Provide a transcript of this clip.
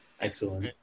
Excellent